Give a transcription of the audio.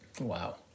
Wow